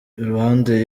iruhande